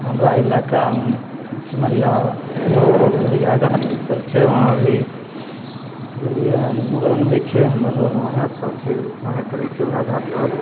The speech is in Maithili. हमरा इलाकामे सिमरिया सिमरिया अथी सब छै वहाँ भी गेलिए हँ मूड़न होइ छै हमर वएह सबचीज ओहेँ करै छै वएह घाटपर